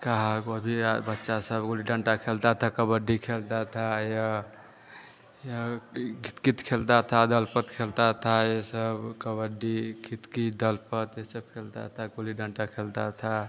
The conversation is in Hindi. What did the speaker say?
कहा गो भी बच्चा सब गुल्ली डंडा खेलते तो कबड्डी खेलते थे या या फिर किकित खेलते थे दलपत खेलते थे ये सब कबड्डी कितकित दलपत ये सब खेलते थे गुल्ली डंडा खेलते थे